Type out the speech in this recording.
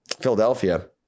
Philadelphia